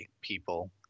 people